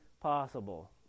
possible